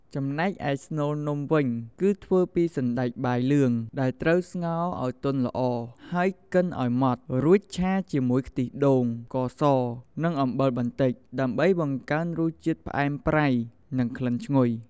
ចំណែកឯ ស្នូលនំ វិញ គឺធ្វើពី សណ្ដែកបាយលឿង ដែលត្រូវស្ងោរឲ្យទុនល្អ ហើយកិនឲ្យម៉ដ្ឋ រួចឆាជាមួយខ្ទិះដូង ស្ករស និង អំបិលបន្តិច ដើម្បីបង្កើនរសជាតិផ្អែមប្រៃ និងក្លិនឈ្ងុយ។